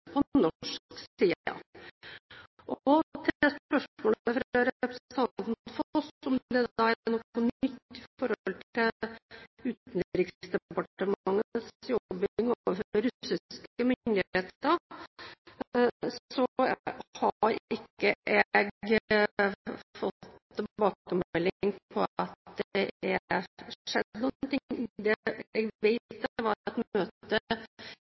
på norsk side. Til spørsmålet fra representanten Foss, om det er noe nytt når det gjelder Utenriksdepartementets jobbing overfor russiske myndigheter: Jeg har ikke fått tilbakemelding på at det har skjedd noe. Jeg vet det var et møte